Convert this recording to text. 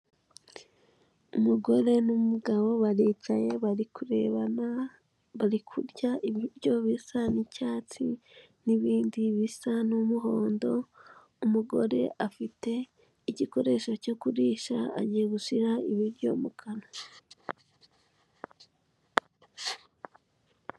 Umugore n'umugabo baricaye bari kurebana, bari kurya ibiryo bisa n'icyatsi n'ibindi bisa n'umuhondo, umugore afite igikoresho cyo kurisha agiye gushyira ibiryo mu kanwa.